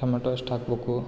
tomato ಎಷ್ಟು ಹಾಕ್ಬೇಕು